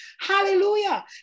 hallelujah